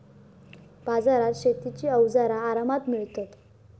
बाजारात शेतीची अवजारा आरामात मिळतत